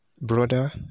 brother